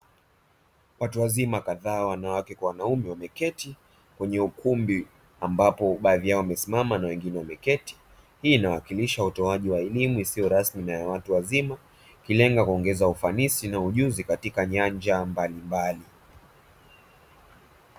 Watu wazima kadhaa, wanawake na wanaume, wameketi kwenye ukumbi, ambapo baadhi yao wamesimama na wengine wameketi; hii inawakilisha utoaji wa elimu isiyo rasmi kwa watu wazima, ikilenga kuongeza ufanisi na ujuzi katika nyanja mbalimbali.